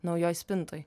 naujoj spintoj